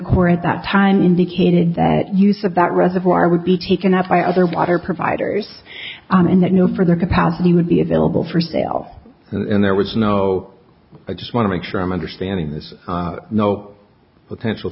corps at that time indicated that use of that reservoir would be taken up by other water providers and that no for their capacity would be available for sale and there was no i just want to make sure i'm understanding this no potential